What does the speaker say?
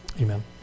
amen